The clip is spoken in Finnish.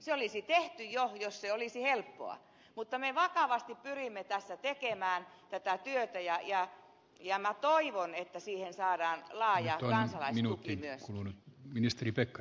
se olisi tehty jo jos se olisi helppoa mutta me vakavasti pyrimme tässä tekemään tätä työtä ja minä toivon että siihen saadaan laaja kansalaistuki myöskin